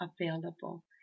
available